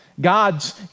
God's